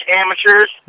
amateurs